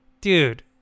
dude